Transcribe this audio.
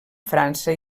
frança